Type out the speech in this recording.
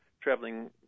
traveling